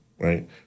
right